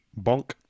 Bonk